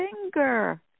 finger